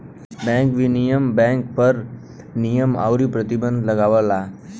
bank विनियमन bank पर नियम आउर प्रतिबंध लगावला